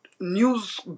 news